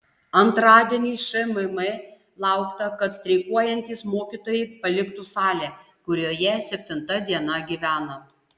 antradienį šmm laukta kad streikuojantys mokytojai paliktų salę kurioje septinta diena gyvena